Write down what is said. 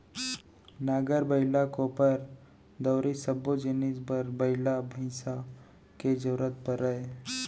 नांगर, बइला, कोपर, दउंरी सब्बो जिनिस बर बइला भईंसा के जरूरत परय